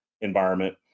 environment